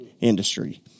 industry